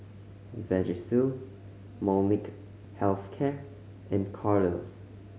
Vagisil Molnylcke Health Care and Kordel's